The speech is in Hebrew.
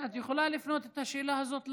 את יכולה להפנות את השאלה הזאת לשר,